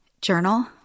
journal